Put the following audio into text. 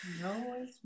No